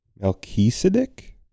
Melchizedek